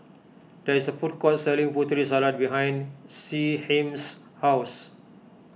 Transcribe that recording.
there is a food court selling Putri Salad behind Shyheim's house